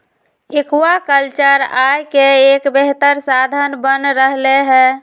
aquaculture आय के एक बेहतर साधन बन रहले है